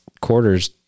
quarters